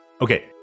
okay